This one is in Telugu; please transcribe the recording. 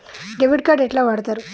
డెబిట్ కార్డు ఎట్లా వాడుతరు?